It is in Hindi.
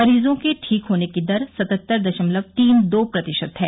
मरीजों के ठीक होने की दर सतहत्तर दशमलव तीन दो प्रतिशत है